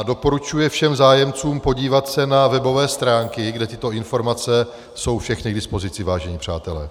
Doporučuje všem zájemcům podívat se na webové stránky, kde tyto informace jsou všechny k dispozici, vážení přátelé.